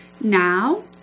Now